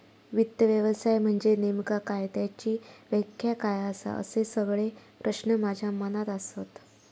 वित्त व्यवसाय म्हनजे नेमका काय? त्याची व्याख्या काय आसा? असे सगळे प्रश्न माझ्या मनात आसत